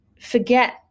forget